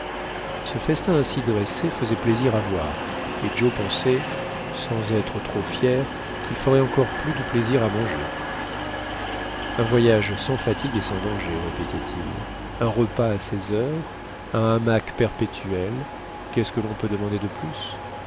ce festin ainsi dressé faisait plaisir à voir et joe pensait sans être trop fier qu'il ferait encore plus de plaisir à manger un voyage sans fatigue et sans danger répétait-il un repas à ses heures un hamac perpétuel qu'est-ce que l'on peut demander de plus